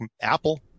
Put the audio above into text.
Apple